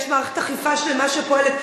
יש מערכת אכיפה שלמה שפועלת.